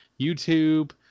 YouTube